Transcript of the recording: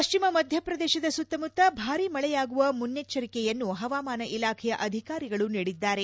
ಪಶ್ಲಿಮ ಮಧ್ಯಪ್ರದೇಶದ ಸುತ್ತಮುತ್ತ ಭಾರೀ ಮಳೆಯಾಗುವ ಮುನ್ನೆಚ್ಚರಿಕೆಯನ್ನು ಹವಾಮಾನ ಇಲಾಖೆಯ ಅಧಿಕಾರಿಗಳು ನೀಡಿದ್ದಾರೆ